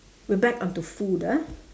we back onto food ah